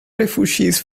refugees